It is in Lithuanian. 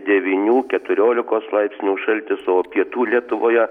devynių keturiolikos laipsnių šaltis o pietų lietuvoje